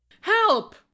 help